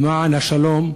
למען השלום,